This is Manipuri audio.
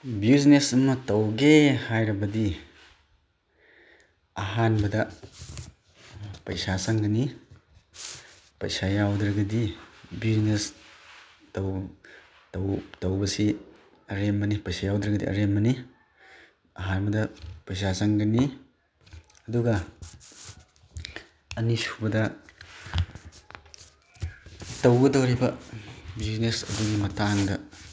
ꯕꯤꯖꯤꯅꯦꯁ ꯑꯃ ꯇꯧꯒꯦ ꯍꯥꯏꯔꯕꯗꯤ ꯑꯍꯥꯟꯕꯗ ꯄꯩꯁꯥ ꯆꯪꯒꯅꯤ ꯄꯩꯁꯥ ꯌꯥꯎꯗ꯭ꯔꯒꯗꯤ ꯕꯤꯖꯤꯅꯦꯁ ꯇꯧꯕꯁꯤ ꯑꯔꯦꯝꯕꯅꯤ ꯄꯩꯁꯥ ꯌꯥꯎꯗ꯭ꯔꯒꯗꯤ ꯑꯔꯦꯝꯕꯅꯤ ꯑꯍꯥꯟꯕꯗ ꯄꯩꯁꯥ ꯆꯪꯒꯅꯤ ꯑꯗꯨꯒ ꯑꯅꯤꯁꯨꯕꯗ ꯇꯧꯒꯗꯣꯔꯤꯕ ꯕꯤꯖꯤꯅꯦꯁ ꯑꯗꯨꯒꯤ ꯃꯇꯥꯡꯗ